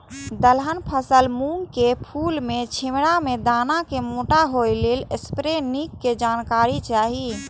दलहन फसल मूँग के फुल में छिमरा में दाना के मोटा होय लेल स्प्रै निक के जानकारी चाही?